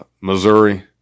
Missouri